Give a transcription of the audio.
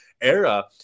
era